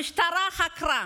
המשטרה חקרה,